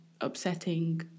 upsetting